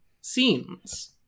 scenes